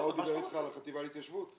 הוא דיבר אתך על החטיבה להתיישבות?